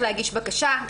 שהוגש